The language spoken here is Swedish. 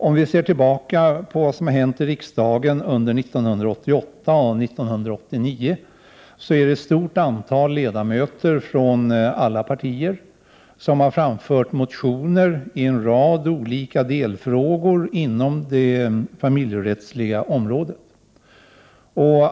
Ser vi tillbaka på vad som har hänt i riksdagen under 1988 och 1989, finner vi att ett stort antal ledamöter från alla partier har väckt motioner i en rad olika delfrågor inom det familjerättsliga området.